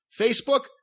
facebook